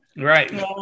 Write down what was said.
Right